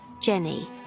Jenny